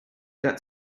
that